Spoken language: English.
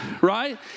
right